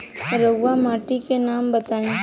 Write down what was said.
रहुआ माटी के नाम बताई?